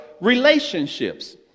relationships